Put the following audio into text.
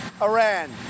Iran